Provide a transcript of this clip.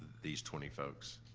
these twenty folks.